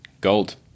Gold